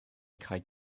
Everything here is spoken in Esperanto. kaj